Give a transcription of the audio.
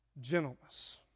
gentleness